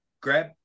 grab